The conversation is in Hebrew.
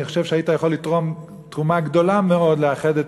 אני חושב שהיית יכול לתרום תרומה גדולה מאוד לאחד את